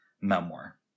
memoir